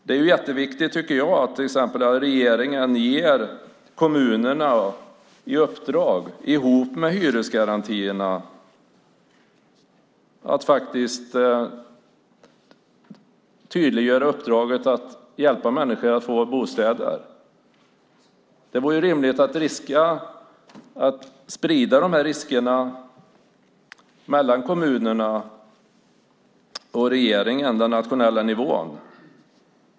Det är jätteviktigt att regeringen ger kommunerna i uppdrag att, tillsammans med hyresgarantier, tydliggöra uppdraget att hjälpa människor att få bostäder. Det vore rimligt att sprida riskerna mellan kommunerna och regeringen, den nationella nivån.